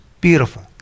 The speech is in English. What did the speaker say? beautiful